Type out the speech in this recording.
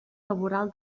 laboral